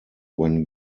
when